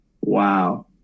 Wow